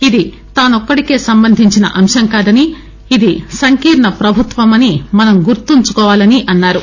ఇది తానొక్కడికే సంబంధించిన అంశం కాదనీ ఇది సంకీర్ణ ప్రభుత్వమని మనం గుర్తుంచుకోవాలనీ అన్నారు